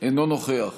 אינו נוכח